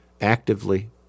Actively